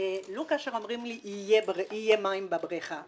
לא כאשר אומרים לי יהיו מים בבריכה.